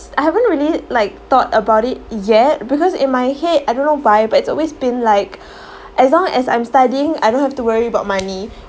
I haven't really like thought about it yet because in my head I don't know why but it's always been like as long as I'm studying I don't have to worry about money